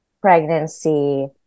pregnancy